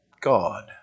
God